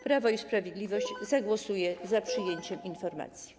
Prawo i Sprawiedliwość zagłosuje za przyjęciem informacji.